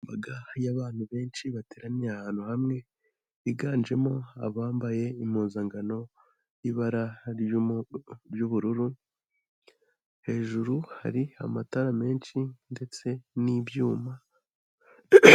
Imbaga y'abantu benshi bateraniye ahantu hamwe, biganjemo abambaye impuzankano y'ibara ry'ubururu, hejuru hari amatara menshi ndetse n'ibyuma.